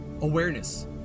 awareness